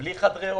בלי חדרי אוכל,